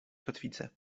kotwicę